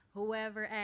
Whoever